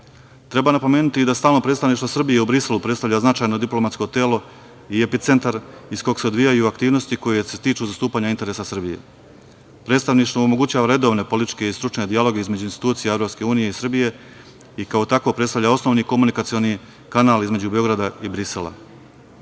napomenuti da stalno predstavništvo Srbije u Briselu predstavlja značajno diplomatsko telo i epicentar iz kog se odvijaju aktivnosti koje se tiču zastupanja interesa Srbije. Predstavništvo omogućava redovne političke i stručne dijaloge između institucija Evropske unije i Srbije, i kao takvo predstavlja osnovni komunikacioni kanal između Beograda i Brisela. Pre